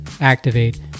activate